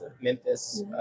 Memphis